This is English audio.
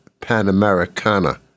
Panamericana